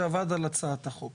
שעבד על הצעת החוק